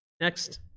Next